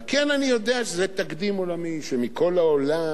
כן, אני יודע שזה תקדים עולמי, שמכל העולם,